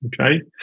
Okay